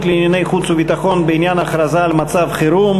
לענייני חוץ וביטחון בעניין הכרזה על מצב חירום.